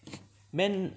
man